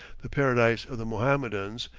the paradise of the mohammedans,